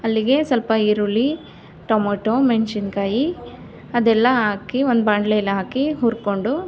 ಅಲ್ಲಿಗೆ ಸ್ವಲ್ಪ ಈರುಳ್ಳಿ ಟೊಮಟೊ ಮೆಣಸಿನ್ಕಾಯಿ ಅದೆಲ್ಲ ಹಾಕಿ ಒಂದು ಬಾಣ್ಲಿಯಲ್ಲಿ ಹಾಕಿ ಹುರ್ಕೊಂಡು